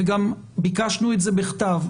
וגם ביקשנו את זה בכתב,